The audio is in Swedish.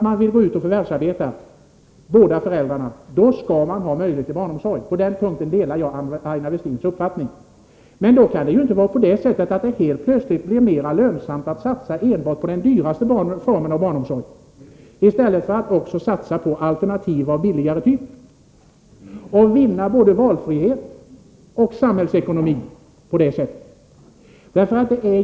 Om båda föräldrarna vill förvärvsarbeta skall man ha möjlighet till barnomsorg — på den punkten delar jag Aina Westins uppfattning. Men det kan då inte helt plötsligt vara mera lönsamt att satsa enbart på den dyraste formen av barnomsorg, i stället för att också satsa på alternativ av billigare typ och på det sättet vinna både valfrihet och samhällsekonomiska fördelar.